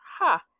Ha